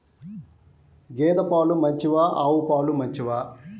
గేద పాలు మంచివా ఆవు పాలు మంచివా?